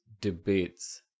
debates